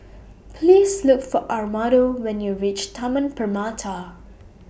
Please Look For Armando when YOU REACH Taman Permata